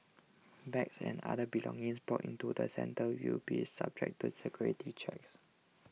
bags and other belongings brought into the centre will be subject to security checks